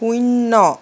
শূন্য